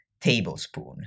tablespoon